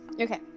okay